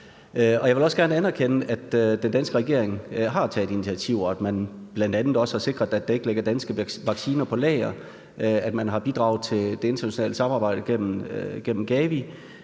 Jeg vil også gerne anerkende, at den danske regering har taget initiativer, og at man bl.a. også har sikret, at der ikke ligger danske vacciner på lager, og at man har bidraget til det internationale samarbejde gennem Gavi